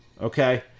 Okay